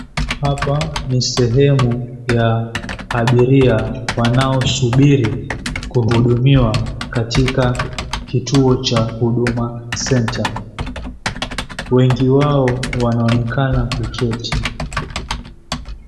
Hapa ni sehemu ya abiria wanaosubiri kuhudumiwa katika kituo cha "Huduma Center". Wengi wao wanaonekana kuketi.